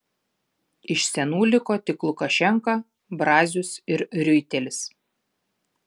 iš senų liko tik lukašenka brazius ir riuitelis